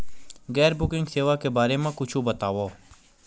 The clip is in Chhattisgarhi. गैर बैंकिंग सेवा के बारे म कुछु बतावव?